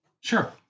Sure